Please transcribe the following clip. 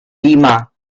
lima